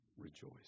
rejoice